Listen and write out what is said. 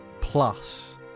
plus